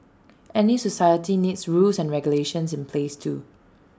any society needs rules and regulations in place too